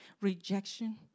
rejection